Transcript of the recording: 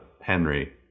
Henry